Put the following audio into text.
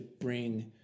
bring